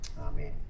Amen